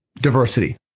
Diversity